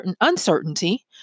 uncertainty